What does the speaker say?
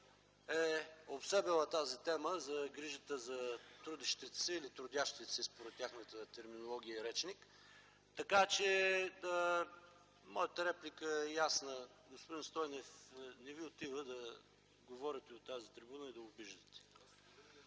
е обсебила тази тема за грижата за трудещите се или трудещите се, според тяхната терминология и речник. Моята реплика е ясна: господин Стойнев, не Ви отива да говорите от тази трибуна и да обиждате.